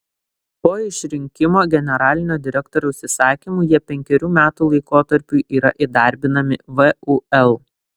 po išrinkimo generalinio direktoriaus įsakymu jie penkerių metų laikotarpiui yra įdarbinami vul